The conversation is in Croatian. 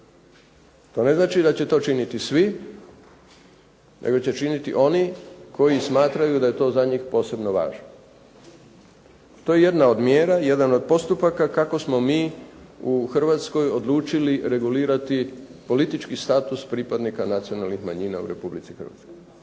To ne znači da će to činiti svi, nego će činiti oni koji smatraju da je to za njih posebno važno. To je jedna od mjera, jedan od postupaka kako smo mi u Hrvatskoj odlučili regulirati politički status pripadnika nacionalnih manjina u Republici Hrvatskoj.